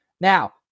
Now